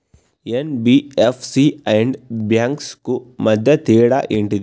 NBFC and banks కు మధ్య తేడా ఏంటిది?